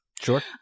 sure